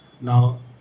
Now